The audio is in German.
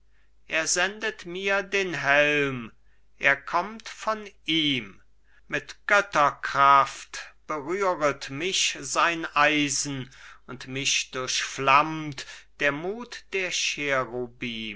er sendet mir den helm er kommt von ihm mit götterkraft berühret mich sein eisen und mich durchflammt der mut der